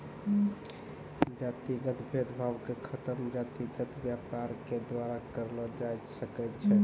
जातिगत भेद भावो के खतम जातिगत व्यापारे के द्वारा करलो जाय सकै छै